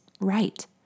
right